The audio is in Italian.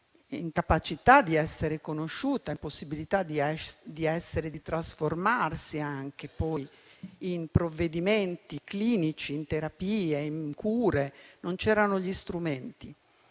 incapacità di essere conosciuta e impossibilità di trasformarsi in provvedimenti clinici, in terapie e in cure. Non c'erano gli strumenti.